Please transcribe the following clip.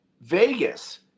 vegas